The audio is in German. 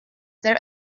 der